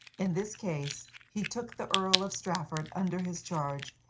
in this case he took the earl of strafford under his charge,